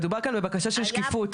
מדובר כאן על בקשה של שקיפות.